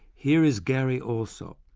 here is gary allsop,